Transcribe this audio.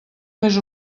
més